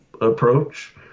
approach